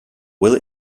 will